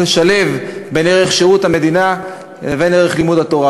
לשלב בין ערך שירות המדינה לבין ערך לימוד התורה,